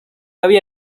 había